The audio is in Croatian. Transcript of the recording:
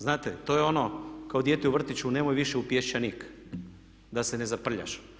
Znate to je ono kao dijete u vrtiću, nemoj više u pješčanik da se ne zaprljaš.